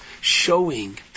showing